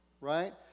Right